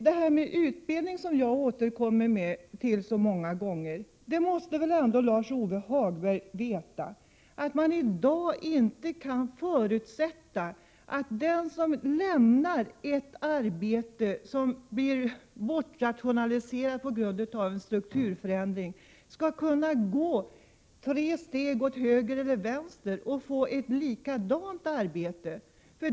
Jag återkommer många gånger till utbildning, och Lars-Ove Hagberg måste väl ändå veta att man i dag inte kan förutsätta att den som lämnar ett arbete som blir bortrationaliserat på grund av strukturförändring skall kunna gå tre steg åt höger eller vänster och få ett likadant arbete.